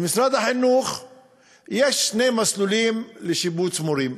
במשרד החינוך יש שני מסלולים לשיבוץ מורים.